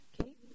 Okay